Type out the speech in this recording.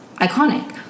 iconic